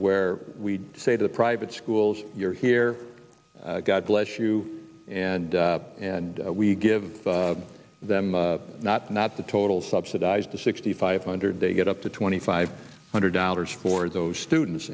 where we say to private schools you're here god bless you and and we give them not not the total subsidize the sixty five hundred they get up to twenty five hundred dollars for those students